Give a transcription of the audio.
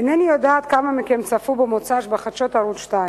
אינני יודעת כמה מכם צפו במוצאי-שבת בחדשות ערוץ-2.